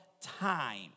time